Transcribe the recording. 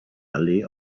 allee